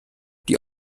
die